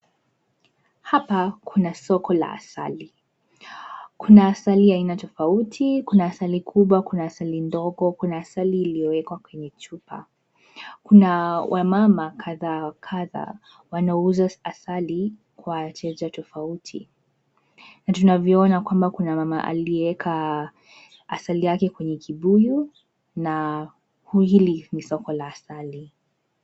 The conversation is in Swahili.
Hapa kuna soko la asali. Kuna asali aina tofauti. Kuna asali kubwa. Kuna asali ndogo. Kuna asali iliyowekwa kwenye chupa. Kuna wamama kadha wa kadha wanauza asali kwa wateja tofauti na tunavyoona kwamba kuna mama aliyeweka asali yake kwenye kibuyu na hili ni soko la asali.